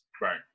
right